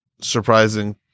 surprising